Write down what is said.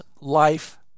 life